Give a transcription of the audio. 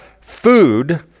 food